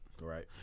Right